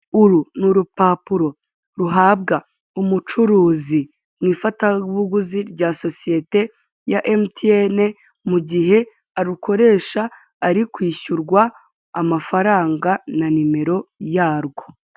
Uru ni urupapuro ruhabwa umucuruzi mu ifatabuguzi rya sosiyete, ya emutiyene, mu gihe arukoresha ari kwishyurwa amafaranga na nimero yarwo.